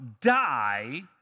die